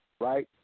right